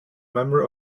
member